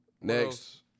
Next